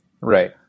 Right